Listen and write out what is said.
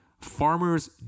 Farmer's